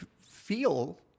feel